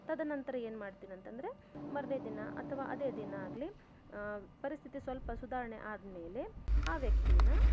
ತದನಂತರ ಏನು ಮಾಡ್ತೀನಂತಂದರೆ ಮಾರನೇ ದಿನ ಅಥವಾ ಅದೇ ದಿನ ಆಗಲಿ ಪರಿಸ್ಥಿತಿ ಸ್ವಲ್ಪ ಸುಧಾರಣೆ ಆದ್ಮೇಲೆ ಆ ವ್ಯಕ್ತಿನ